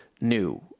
new